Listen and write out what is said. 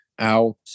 out